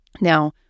Now